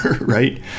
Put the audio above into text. right